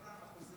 אנחנו עושים